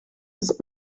was